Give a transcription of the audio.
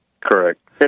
Correct